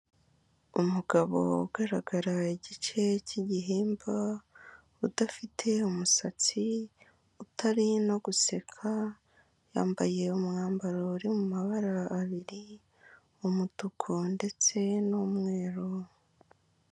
Umugabo ugaragara igice cy'igihimba udafite umusatsi utari no guseka yambaye umwambaro uri mu mabara abiri, umutuku ndetse n'umweru.